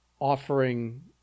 offering